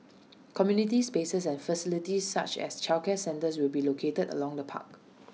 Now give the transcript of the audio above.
community spaces and facilities such as childcare centres will be located along the park